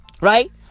Right